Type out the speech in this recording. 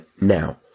now